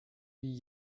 wie